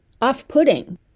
off-putting